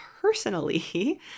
personally